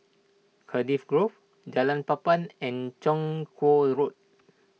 Cardiff Grove Jalan Papan and Chong Kuo Road